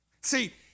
See